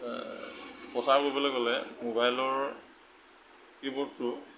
প্ৰচাৰ কৰিবলৈ গ'লে ম'বাইলৰ কী বোৰ্ডটো